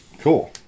cool